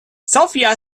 sophia